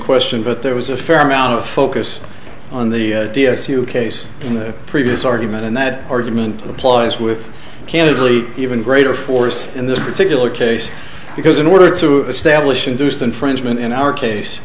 question but there was a fair amount of focus on the d s u case in the previous argument and that argument applies with candidly even greater force in this particular case because in order to establish induced infringement in our case